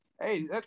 Hey